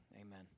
Amen